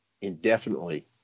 indefinitely